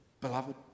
beloved